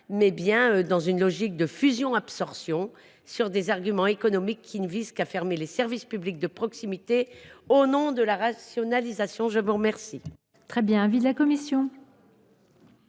mais bien dans une logique de fusion absorption reposant sur des arguments économiques qui ne visent qu’à fermer les services publics de proximité au nom de la rationalisation. Quel